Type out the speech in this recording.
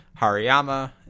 hariyama